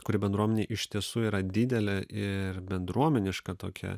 kuri bendruomenei iš tiesų yra didelė ir bendruomeniška tokia